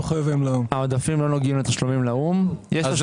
לא נוגעים לתשלומים לאו"ם.